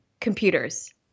computers